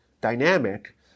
dynamic